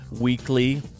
weekly